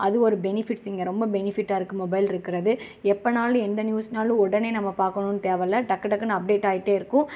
அது ஒரு பெனிபிட்ஸ் இங்கே ரொம்ப பெனிபிட்டாக இருக்குது மொபைலிருக்குறது எப்போனாலும் எந்த நியூஸ்னாலும் உடனே நம்ம பார்க்கணுன் தேவயில்ல டக்கு டக்குனு அப்டேட்டாயிட்டே இருக்கும்